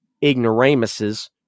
ignoramuses